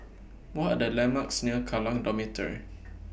What Are The landmarks near Kallang Dormitory